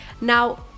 now